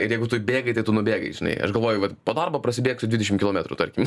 ir jeigu tu bėgai tai tu nubėgai žinai aš galvoju vat po darbo prasibėgsiu dvidešim kilometrų tarkim